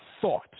thought